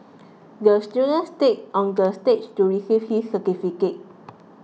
the student skate onto the stage to receive his certificate